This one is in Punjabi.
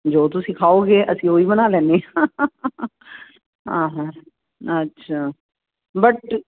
ਜੋ ਤੁਸੀਂ ਖਾਓਗੇ ਅਸੀਂ ਉਹੀ ਬਣਾ ਲੈਂਦੇ ਹਾਂ ਹਾਂ ਹਾਂ ਅੱਛਾ ਬਟ